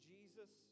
Jesus